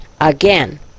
again